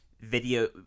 video